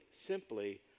simply